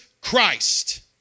Christ